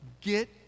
Get